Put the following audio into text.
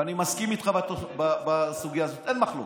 ואני מסכים איתך בסוגיה הזאת, אין מחלוקת.